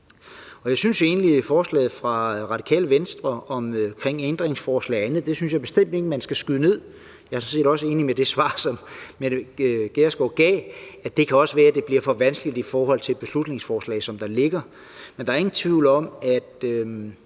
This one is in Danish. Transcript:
skal ende. Og forslaget fra Radikale Venstre om ændringsforslag og andet synes jeg bestemt ikke man skal skyde ned. Jeg er sådan set også enig i det svar, som Mette Gjerskov gav: at det også kan være, at det bliver for vanskeligt i forhold til et beslutningsforslag, som ligger der. Men der er ingen tvivl om, at